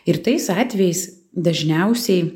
ir tais atvejais dažniausiai